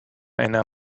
einer